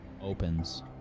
opens